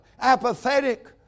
apathetic